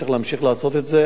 צריך להמשיך לעשות את זה.